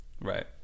Right